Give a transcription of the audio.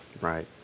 Right